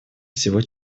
всего